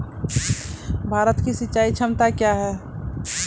भारत की सिंचाई क्षमता क्या हैं?